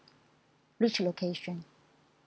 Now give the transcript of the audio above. which location